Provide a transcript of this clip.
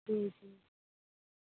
جی جی